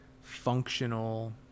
functional